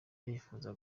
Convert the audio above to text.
arifuza